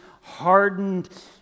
hardened